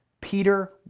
Peter